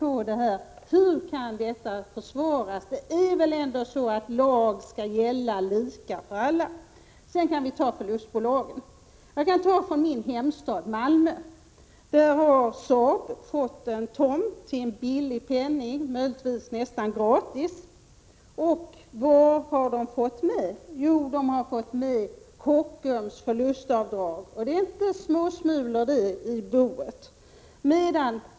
Hur kan dessa åtgärder försvaras? Lagen skall väl ändå gälla lika för alla. Beträffande förlustbolagen kan jag ta ett exempel från min hemstad Malmö. Där har Saab fått en tomt för en billig penning, möjligtvis nästan gratis. Vad har Saab fått mer? Jo, företaget har fått Kockums förlustavdrag, och det är inte småsmulor att få med i boet.